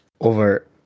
over